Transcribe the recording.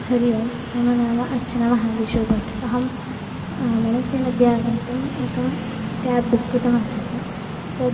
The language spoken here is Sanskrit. हरिः ओं मम नाम अर्चना महाबलेश्वरभट् अहं मेणसि मध्ये आगन्तुम् एकम् क्याब् बुक् कृतमासीत् तद्